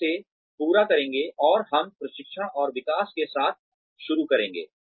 हम इसे पूरा करेंगे और हम प्रशिक्षण और विकास के साथ शुरू करेंगे